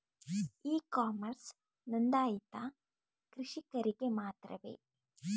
E commerce ನೊಂದಾಯಿತ ಕೃಷಿಕರಿಗೆ ಮಾತ್ರವೇ?